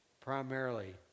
primarily